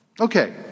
Okay